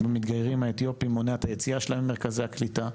במתגיירים האתיופים מונע את היציאה שלהם ממרכזי הקליטה.